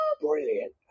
Brilliant